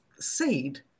seed